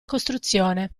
costruzione